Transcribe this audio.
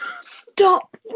stop